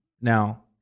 Now